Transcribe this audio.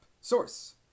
source